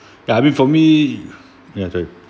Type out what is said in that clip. ya I mean for me ya